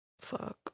fuck